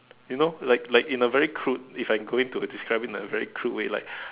you know like like in a very crude if I go in to describe it in a very crude way like